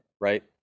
right